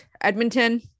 Edmonton